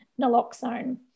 naloxone